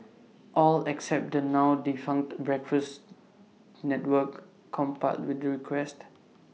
all except the now defunct breakfast network complied with the request